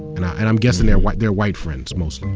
and ah and i'm guessing they're white they're white friends, mostly.